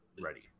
ready